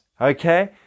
Okay